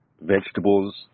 vegetables